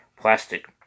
plastic